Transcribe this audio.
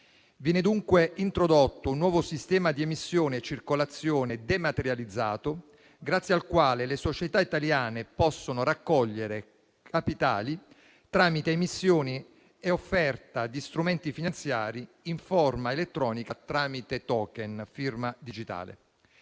Viene dunque introdotto un nuovo sistema di emissione e circolazione dematerializzato, grazie al quale le società italiane possono raccogliere capitali tramite emissioni e offerta di strumenti finanziari in forma elettronica tramite *token* (firma digitale).